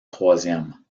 troisième